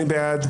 מי בעד?